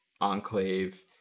enclave